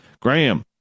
Graham